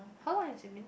how long has it been